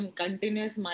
continuous